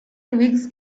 twigs